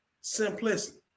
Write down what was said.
simplicity